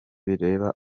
bireba